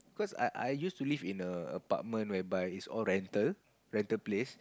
cause I I used to live in a apartment whereby it's all rental rental place